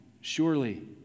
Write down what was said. Surely